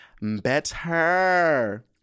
better